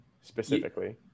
specifically